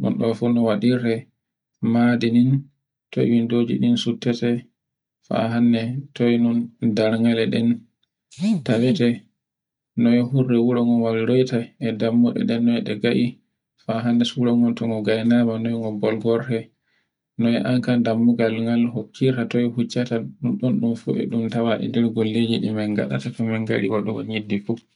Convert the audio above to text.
mo ɗo fu nowaɗirte, madin ndin, toy windeji ɗin suftirte, fa hannde toy non dargale ɗen tawe te noy hurre wuro ngon tawite, e dammuɗe ɗen e ga'i fa hannde suro ron togo gainako noy ngo bolbolte. noy an kam dammugal ngal hokkirta toy ficcata ɗun ɗon ɗun fe e ɗun tawa e nder golleji ɗi min gaɗata to mingari wadugo nyidde fu.